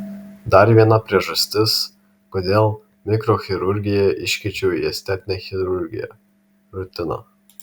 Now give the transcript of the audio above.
dar viena priežastis kodėl mikrochirurgiją iškeičiau į estetinę chirurgiją rutina